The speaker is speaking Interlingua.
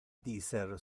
dicer